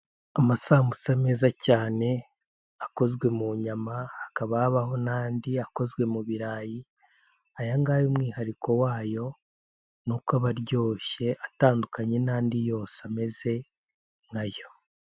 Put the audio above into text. Amasambusa meza cyane akozwe mu nyama, hakaba habaho n'andi akozwe mu birarayi, aya ngaya umwihariko wayo ni uko aba aryoshye atandukanye n'andi yose ameze nkayo.